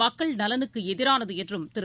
மக்கள் நலனுக்குஎதிரானதுஎன்றும் திரு